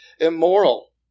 immoral